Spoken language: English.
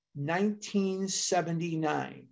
1979